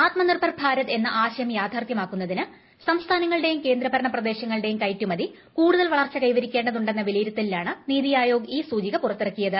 ആത്മനിർഭർ ഭാരത് എന്ന ആശയം യാഥാർത്ഥ്യമാക്കുന്നതിന് സംസ്ഥാനങ്ങളുടെയും കേന്ദ്രഭരണ പ്രദേശങ്ങളുടെയും കയറ്റുമതി കൂടുതൽ വളർച്ച കൈവരിക്കേ ണ്ടതുണ്ടെന്ന വിലയിരുത്തലിലാണ് നിതി ആയോഗ് ഈ സൂചിക പുറത്തിക്കിയത്